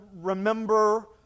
remember